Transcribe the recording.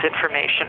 information